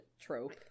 trope